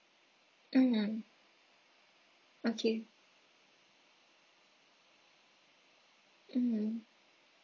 mm okay mm